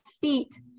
feet